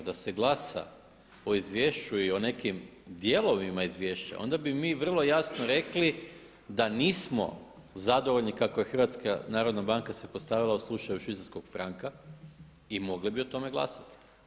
Da se glasa o izvješću i o nekim dijelovima izvješća onda bi mi vrlo jasno rekli da nismo zadovoljni kako je HNB se postavila u slučaju švicarskog franka i mogli bi o tome glasati.